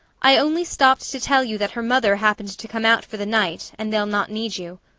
i only stopped to tell you that her mother happened to come out for the night, and they'll not need you.